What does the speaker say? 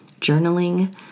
journaling